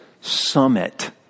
summit